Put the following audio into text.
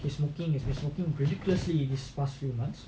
the smoking is a smoking ridiculously this past few months